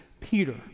Peter